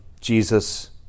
Jesus